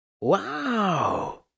Wow